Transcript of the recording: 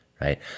right